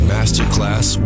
Masterclass